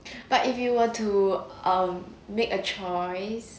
but if you were to um make a choice